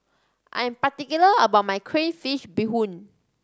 I'm particular about my crayfish beehoon